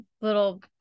little